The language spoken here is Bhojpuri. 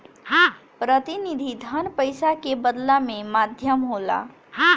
प्रतिनिधि धन पईसा के बदलला के माध्यम होला